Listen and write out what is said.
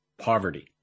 poverty